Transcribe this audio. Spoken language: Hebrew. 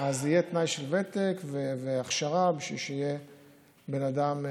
יהיה תנאי של ותק והכשרה בשביל שיהיה בן אדם,